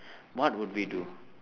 what would we do